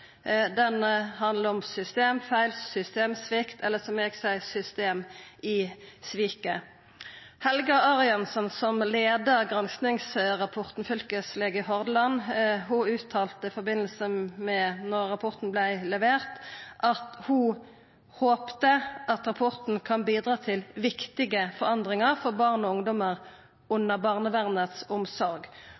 handlar om systemfeil, systemsvikt, eller, som eg seier: system i sviket. Helga Arianson, som leia granskinga og er fylkeslege i Hordaland, uttalte i forbindelse med at rapporten vart levert, at ho håpa at saka «kan bidra til viktige forandringer for andre barn og ungdommer under barnevernets omsorg»,